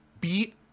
beat